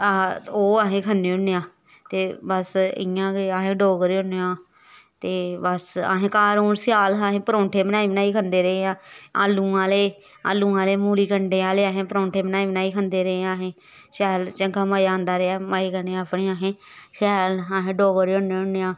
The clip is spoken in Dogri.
ओह् अस खन्ने होन्ने आं ते बस इ'यां गै अस डोगरे होन्ने आं ते बस असें घर हून स्याल अस परौंठे बनाई बनाई खंदे रेह् आं आलू आह्ले आलू आह्ले मूली कंढे आह्ले असें परौंठे बनाई बनाई खंदे रेह् आं असें शैल चंगा मज़ा आंदा रेहा मज़े कन्नै अपने असें शैल असें डोगरे होन्ने होन्ने आं